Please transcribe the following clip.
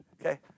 Okay